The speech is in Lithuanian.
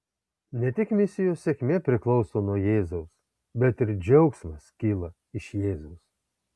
ne tik misijos sėkmė priklauso nuo jėzaus bet ir džiaugsmas kyla iš jėzaus